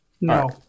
No